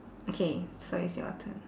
okay so it's your turn